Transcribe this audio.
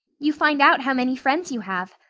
you find out how many friends you have.